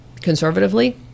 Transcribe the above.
conservatively